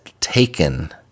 taken